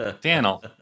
Daniel